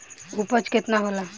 उपज केतना होला?